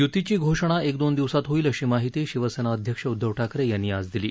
य्तीची घोषणा एक दोन दिवसात होईल अशी माहिती शिवसेना अध्यक्ष उद्धव ठाकरे यांनी आज दिली